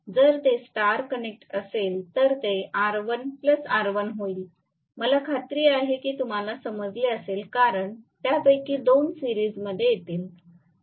जर ते star connect असेल तर ते R1 R1 होईल मला खात्री आहे कि तुम्हाला समजले असेल कारण त्यापैकी 2 सिरीजमध्ये येतील